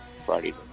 Friday